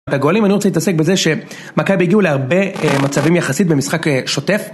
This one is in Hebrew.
הגולים. אני רוצה להתעסק בזה ש...מכבי הגיעו להרבה א-מצבים יחסית, במשחק א-שוטף.